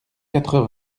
quatre